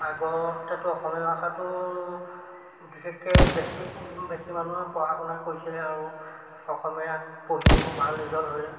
আগতেতো অসমীয়া ভাষাটো বিশেষকৈ বেছি বেছি মানুহে পঢ়া শুনা কৰিছিলে আৰু অসমীয়াত পঢ়িও ভাল ৰিজাল্ট হৈ